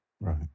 Right